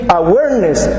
awareness